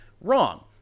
wrong